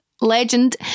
legend